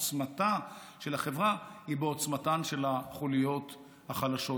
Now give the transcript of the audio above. עוצמתה של החברה היא בעוצמתן של החוליות החלשות,